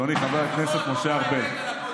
אדוני חבר הכנסת משה ארבל,